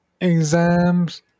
exams